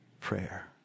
prayer